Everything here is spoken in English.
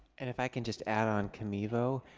and if i can just add on, comevo,